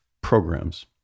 programs